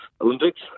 Olympics